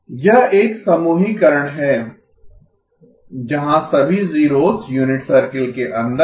यह एक समूहीकरण है जहां सभी जीरोस यूनिट सर्किल के अंदर हैं